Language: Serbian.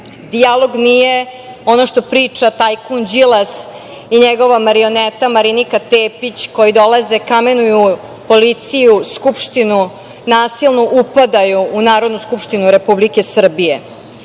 dijalog nije ono što priča tajkun Đilas i njegova marioneta Marinika Tepić, koji dolaze i kamenuju policiju, Skupštinu, nasilno upadaju u Narodnu skupštinu Republike Srbije,